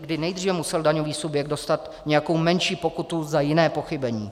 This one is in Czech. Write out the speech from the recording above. kdy nejdříve musel daňový subjekt dostat nějakou menší pokutu za jiné pochybení.